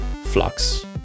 Flux